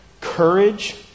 courage